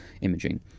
imaging